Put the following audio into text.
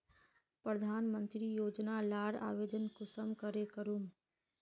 प्रधानमंत्री योजना लार आवेदन कुंसम करे करूम?